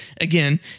Again